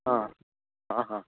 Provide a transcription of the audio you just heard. हा आहा